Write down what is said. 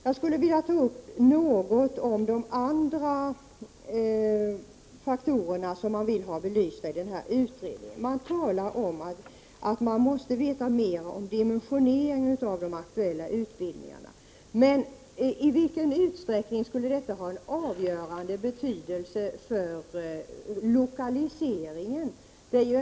Jag vill ta upp någon av de andra faktorer som man vill ha belysta i denna utredning. Man talar om att man måste veta mer om dimensioneringen av de aktuella utbildningarna. Men i vilken utsträckning skulle detta ha en avgörande betydelse för lokaliseringen?